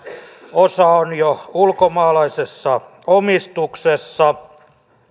osa on jo ulkomaalaisessa omistuksessa